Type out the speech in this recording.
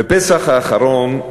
בפסח האחרון,